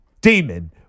demon